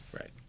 Right